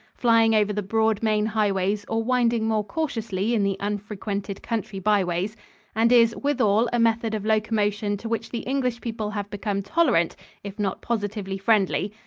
flying over the broad main highways or winding more cautiously in the unfrequented country byways and is, withal, a method of locomotion to which the english people have become tolerant if not positively friendly.